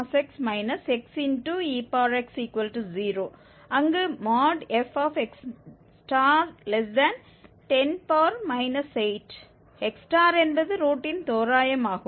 அங்கு fx10 8 x என்பது ரூட்டின் தோராயம் ஆகும்